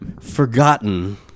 Forgotten